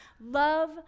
Love